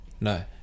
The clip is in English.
no